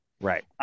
Right